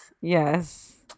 Yes